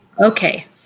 Okay